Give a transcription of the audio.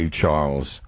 Charles